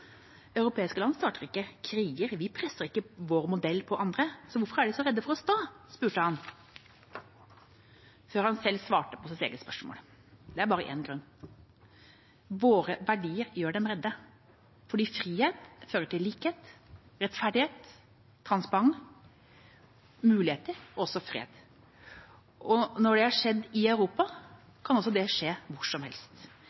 Europeiske land starter ikke kriger, vi presser ikke vår modell på andre land, så hvorfor er de så redde for oss? Det spurte han om før han selv svarte på sitt eget spørsmål: Det er bare én grunn. Våre verdier gjør dem redde fordi frihet fører til likhet, rettferdighet, transparens, muligheter og fred. Og når det har skjedd i Europa, kan det skje hvor som helst.